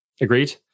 Agreed